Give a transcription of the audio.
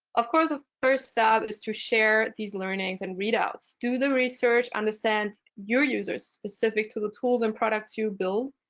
of course, the ah first step is to share these learnings and readouts. do the research, understand your users specific to the tools and products you build,